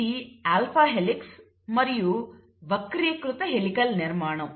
ఇది alpha helix మరియు వక్రీకృత హెలికల్ నిర్మాణం